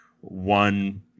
one